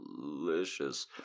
delicious